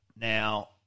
Now